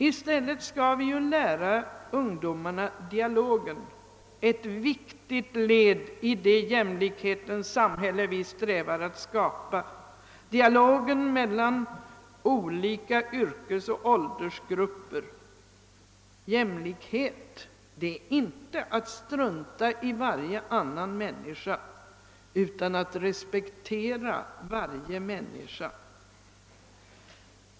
I stället skall vi lära ungdomarna dialogen, ett viktigt led i det jämlikhetens samhälle vi strävar efter att skapa, dialogen mellan olika yrkesoch åldersgrupper. Jämlikhet är inte att strunta i varje annan människa, utan att respektera varje människa.